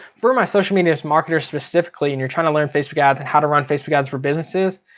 for my social media marketers specifically and you're trying to learn facebook ads and how to run facebook ads for businesses,